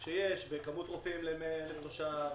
שיש במספר רופאים ל-100,000 תושבים,